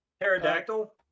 Pterodactyl